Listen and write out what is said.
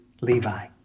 Levi